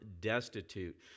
destitute